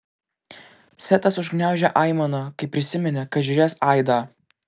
setas užgniaužė aimaną kai prisiminė kad žiūrės aidą